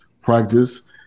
Practice